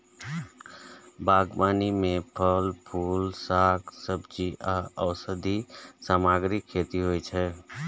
बागबानी मे फल, फूल, शाक, सब्जी आ औषधीय सामग्रीक खेती होइ छै